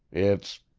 it's